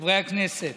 חברי הכנסת,